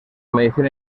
medicina